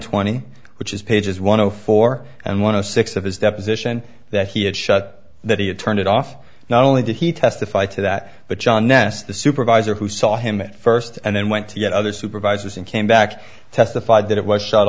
twenty which is pages one zero four and one of six of his deposition that he had shut that he had turned it off not only did he testify to that but john ness the supervisor who saw him at first and then went to get other supervisors and came back testified that it was shut